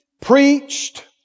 preached